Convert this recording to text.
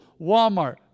Walmart